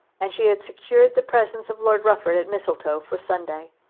and she had secured the presence of lord rufford at mistletoe for sunday.